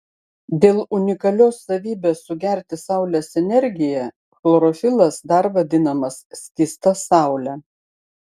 dėl unikalios savybės sugerti saulės energiją chlorofilas dar vadinamas skysta saule